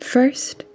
First